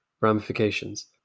ramifications